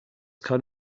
kann